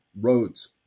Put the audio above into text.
roads